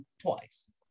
twice